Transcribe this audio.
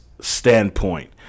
standpoint